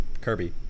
Kirby